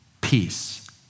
peace